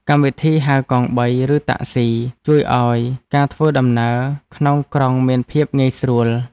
កម្មវិធីហៅកង់បី ឬតាក់ស៊ី ជួយឱ្យការធ្វើដំណើរក្នុងក្រុងមានភាពងាយស្រួល។